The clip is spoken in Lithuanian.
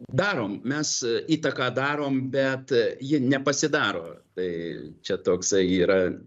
darom mes įtaką darom bet ji nepasidaro tai čia toksai yra